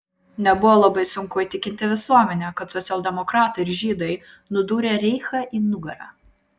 nebuvo labai sunku įtikinti visuomenę kad socialdemokratai ir žydai nudūrė reichą į nugarą